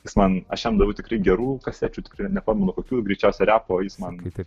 jis man aš jam daviau tikrai gerų kasečių tikrai nepamenu kokių greičiausiai repo jis man